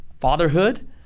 fatherhood